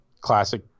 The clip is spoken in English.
classic